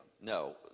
No